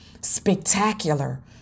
spectacular